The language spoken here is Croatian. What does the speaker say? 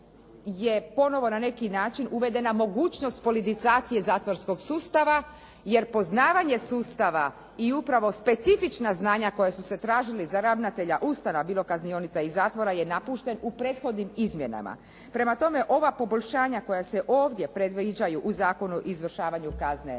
je ponovo na neki način uvedena mogućnost politizacije zatvorskog sustava, jer poznavanje sustava i upravo specifična znanja koja su se tražili za ravnatelja …/Govornica se ne razumije./… bilo kaznionica i zatvora je napušten u prethodnim izmjenama. Prema tome, ova poboljšanja koja se ovdje predviđaju u Zakonu o izvršavanju kazne